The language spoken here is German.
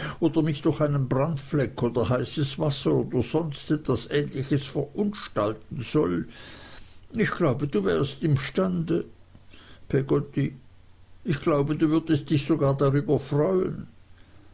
oder mich durch einen brandfleck oder heißes wasser oder sonst etwas ähnliches verunstalten soll ich glaube du wärst es imstande peggotty ich glaube du würdest dich sogar drüber freuen